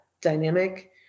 dynamic